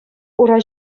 ура